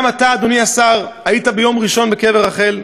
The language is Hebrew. גם אתה, אדוני השר, היית ביום ראשון בקבר רחל,